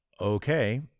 Okay